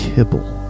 Kibble